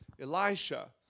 Elisha